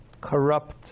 corrupt